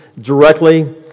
directly